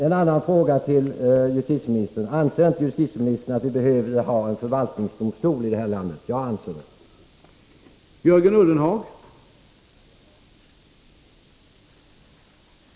En annan fråga till justitieministern: Anser inte justitieministern att vi behöver ha en förvaltningsdomstol i det här landet? Jag anser det.